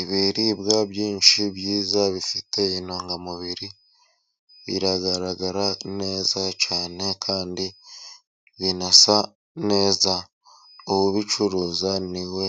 Ibiribwa byinshi byiza bifite intungamubiri, biragaragara neza cyane, kandi binasa neza, ubicuruza ni we